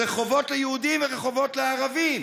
רחובות ליהודים ורחובות לערבים.